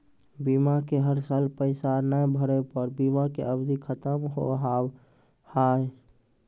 बीमा के हर साल पैसा ना भरे पर बीमा के अवधि खत्म हो हाव हाय?